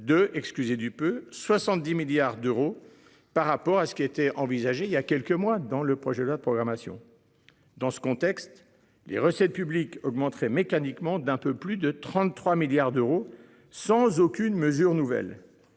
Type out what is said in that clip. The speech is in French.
de excusez du peu, 70 milliards d'euros par rapport à ce qui était envisagé il y a quelques mois dans le projet de loi de programmation. Dans ce contexte, les recettes publiques augmenteraient mécaniquement d'un peu plus de 33 milliards d'euros sans aucune mesure nouvelle.